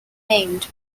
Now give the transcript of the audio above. named